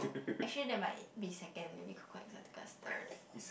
actually that might be second maybe Coco exotica is third